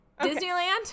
Disneyland